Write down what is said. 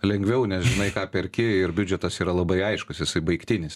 lengviau nes žinai ką perki ir biudžetas yra labai aiškus jisai baigtinis